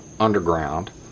underground